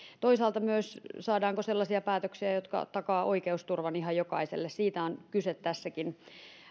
toisaalta myös saadaanko sellaisia päätöksiä jotka takaavat oikeusturvan ihan jokaiselle siitä on kyse tässäkin